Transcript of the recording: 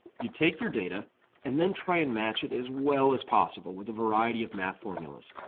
you take your data and then try and match it as well as possible with a variety of math formulas.